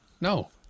No